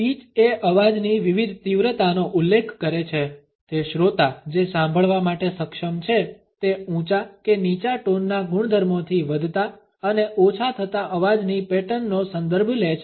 pitch એ અવાજની વિવિધ તીવ્રતાનો ઉલ્લેખ કરે છે તે શ્રોતા જે સાંભળવા માટે સક્ષમ છે તે ઊંચા કે નીચા ટોનના ગુણધર્મો થી વધતા અને ઓછા થતા અવાજની પેટર્ન નો સંદર્ભ લે છે